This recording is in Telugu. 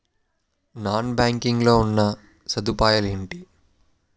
నాన్ బ్యాంకింగ్ లో ఉన్నా సదుపాయాలు ఎంటి?